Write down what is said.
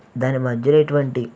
దాని మధ్యలో ఎటువంటి